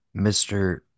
mr